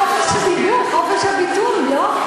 חופש הדיבור, חופש הביטוי, לא?